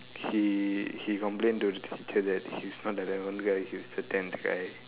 he he complain to the teacher that he's not the eleventh guy he's the tenth guy